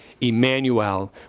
Emmanuel